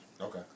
Okay